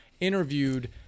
interviewed